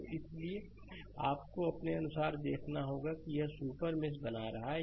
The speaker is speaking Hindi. तो इसलिए आपको अपने अनुसार यह देखना होगा कि यह एक सुपर मेष बना रहा है